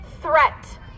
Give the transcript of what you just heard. threat